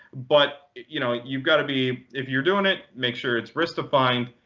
but you know you've got to be if you're doing it, make sure it's risk defying.